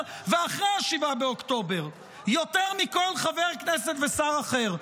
ואחרי 7 באוקטובר יותר מכל חבר כנסת ושר אחר,